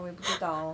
ya 我也不知道